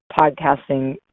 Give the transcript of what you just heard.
podcasting